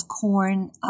corn